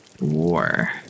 War